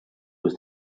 was